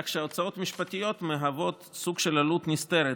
כך שהוצאות משפטיות מהוות סוג של עלות נסתרת,